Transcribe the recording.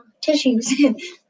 tissues